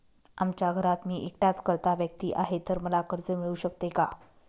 आमच्या घरात मी एकटाच कर्ता व्यक्ती आहे, तर मला कर्ज मिळू शकते का?